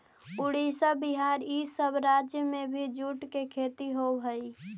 उड़ीसा, बिहार, इ सब राज्य में भी जूट के खेती होवऽ हई